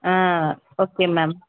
ah okay ma'am